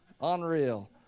unreal